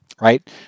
right